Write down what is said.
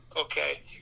Okay